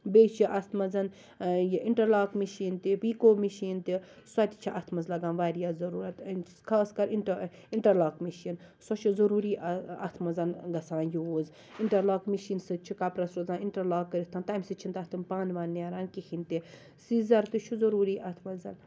بیٚیہِ چھُ اتھ منٛز یہِ اِنٹرلاک مِشیٖن تہِ پیکو مِشیٖن تہِ سۄ تہِ چھِ اتھ منٛز لَگان واریاہ ضرورت أہنٛدس خاص کر اِنٹر اِنٹرلاک مِشیٖن سۄ چھِ ضروری اتھ منٛز گَژھان یوٗز اِنٹرلاک مِشیٖن سۭتۍ چھِ کپرس روٗزان اِنٹرلاک کٔرِتھ تمہِ سۭتۍ چِھُنہٕ تتھ تِم پَن وَن نیرٛان کہیٖنۍ تہِ سیزر تہِ چھُ ضرٗوری اتھ منٛز